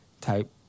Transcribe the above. type